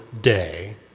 day